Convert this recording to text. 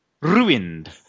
ruined